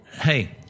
hey